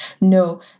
No